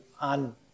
on